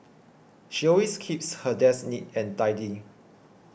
she always keeps her desk neat and tidy